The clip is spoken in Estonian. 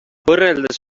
võrreldes